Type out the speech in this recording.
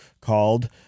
called